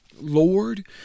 Lord